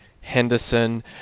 Henderson